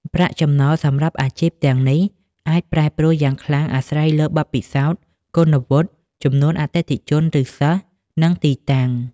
ប្រាក់ចំណូលសម្រាប់អាជីពទាំងនេះអាចប្រែប្រួលយ៉ាងខ្លាំងអាស្រ័យលើបទពិសោធន៍ គុណវុឌ្ឍិ ចំនួនអតិថិជន ឬសិស្ស និងទីតាំង។